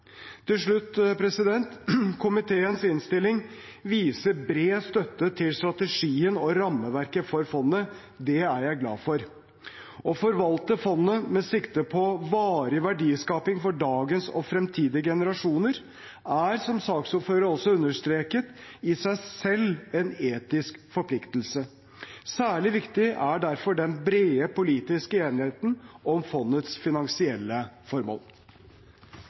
Til slutt: Komiteens innstilling viser bred støtte til strategien og rammeverket for fondet. Det er jeg glad for. Å forvalte fondet med sikte på varig verdiskaping for dagens generasjon og fremtidige generasjoner er, som saksordføreren også understreket, i seg selv en etisk forpliktelse. Særlig viktig er derfor den brede politiske enigheten om fondets finansielle formål.